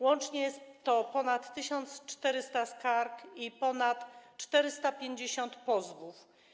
Łącznie jest to ponad 1400 skarg i ponad 450 pozwów.